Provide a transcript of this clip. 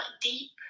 deep